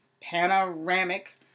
panoramic